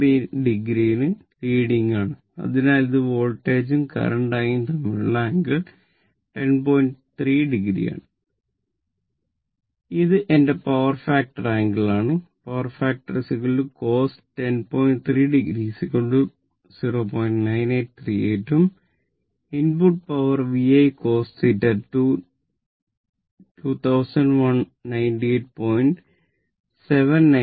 9838 ഉം input power VI cos theta 2198